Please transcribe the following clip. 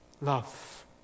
love